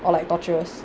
or like torturous